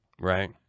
right